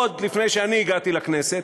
עוד לפני שאני הגעתי לכנסת.